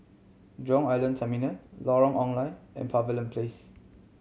Jurong Island Terminal Lorong Ong Lye and Pavilion Place